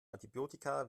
antibiotika